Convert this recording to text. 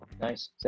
Nice